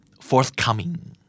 forthcoming